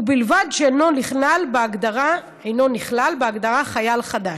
ובלבד שאינו נכלל בהגדרה "חייל חדש"